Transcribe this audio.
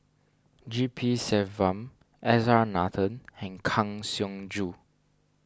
G P Selvam S R Nathan and Kang Siong Joo